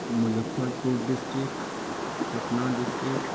Muzaffarpur district Patna district